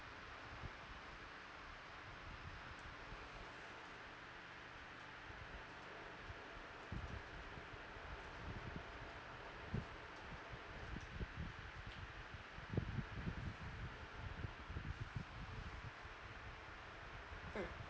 mm